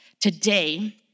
today